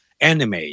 anime